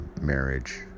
marriage